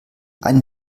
einen